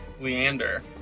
leander